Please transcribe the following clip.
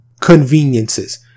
conveniences